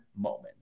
moment